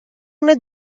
net